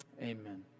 Amen